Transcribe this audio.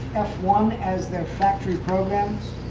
f one as their factory program.